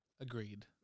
Agreed